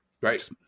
Right